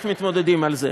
איך מתמודדים על זה?